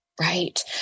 right